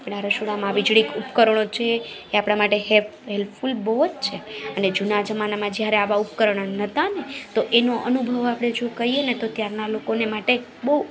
આપણા રસોડામાં વીજળી ઉપકરણો જે એ આપણા માટે હેલ્પફૂલ બહુ જ છે અને જૂના જમાનામાં જ્યારે આવા ઉપકરણ નહોતાને તો એનો અનુભવ આપણે જો કહીએને તો ત્યારના લોકોને માટે બહુ